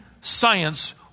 science